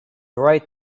right